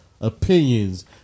opinions